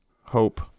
Hope